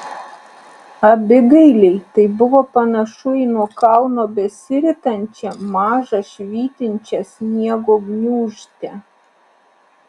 abigailei tai buvo panašu į nuo kalno besiritančią mažą švytinčią sniego gniūžtę